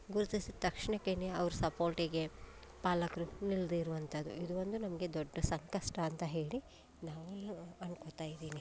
ಗುರುತಿಸಿದ ತಕ್ಷಣಕ್ಕೇನೆ ಅವ್ರ ಸಪೋರ್ಟಿಗೆ ಪಾಲಕ್ರು ನಿಲ್ಲದೆ ಇರುವಂಥದ್ದು ಇದೊಂದು ನಮಗೆ ದೊಡ್ಡ ಸಂಕಷ್ಟ ಅಂತ ಹೇಳಿ ನಾನು ಅಂದ್ಕೋತ ಇದ್ದೀನಿ